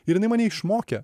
ir jinai mane išmokė